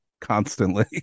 constantly